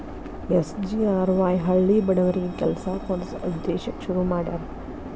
SGRY ಹಳ್ಳಿ ಬಡವರಿಗಿ ಕೆಲ್ಸ ಕೊಡ್ಸ ಉದ್ದೇಶಕ್ಕ ಶುರು ಮಾಡ್ಯಾರ